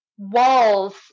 walls